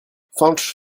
fañch